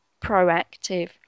proactive